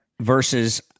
versus